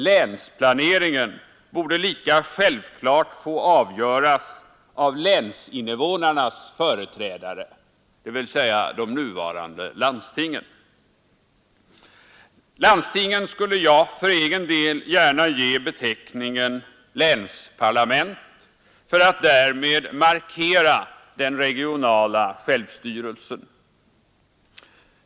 Länsplaneringen borde lika självklart få avgöras av länsinnevånarnas företrädare, dvs. de nuvarande landstingen. Och landstingen skulle jag gärna ge beteckningen länsparlament för att därmed markera den regionala självstyrelsen.